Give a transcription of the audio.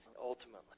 ultimately